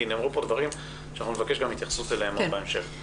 כי נאמרו פה דברים שנבקש התייחסות אליהם בהמשך.